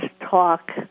talk